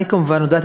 אני כמובן הודעתי,